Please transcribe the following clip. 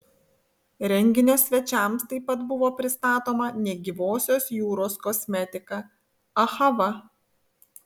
renginio svečiams taip pat buvo pristatoma negyvosios jūros kosmetika ahava